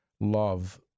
love